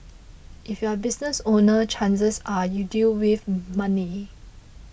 if you're a business owner chances are you deal with money